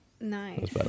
Nice